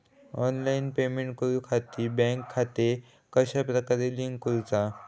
Online payment करुच्याखाती bank खाते कश्या प्रकारे लिंक करुचा?